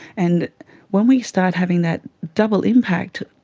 and when we start having that double impact,